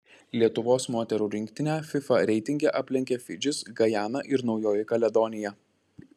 lietuvos moterų rinktinę fifa reitinge aplenkė fidžis gajana ir naujoji kaledonija